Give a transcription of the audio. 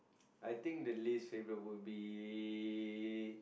I think the least favourite would be